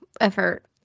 effort